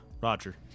Roger